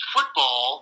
Football